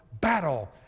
battle